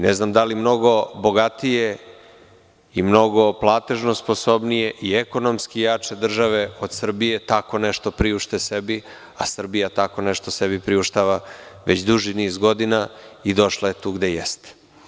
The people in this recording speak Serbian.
Ne znam da li mnogo bogatije zemlje i mnogo platežno sposobnije i ekonomski jače države od Srbije tako nešto priušte sebi, a Srbija tako nešto sebi priuštava već duži niz godina i došla je tu gde jeste.